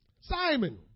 Simon